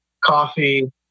coffee